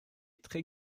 très